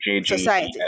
Society